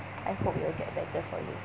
I hope it'll get better for you